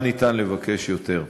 מה ניתן לבקש יותר?